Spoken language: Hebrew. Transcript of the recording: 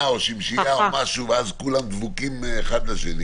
או שמשיה או ואז כולם דבוקים אחד לשני